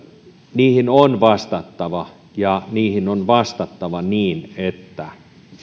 niihin on vastattava ja niihin on vastattava niin että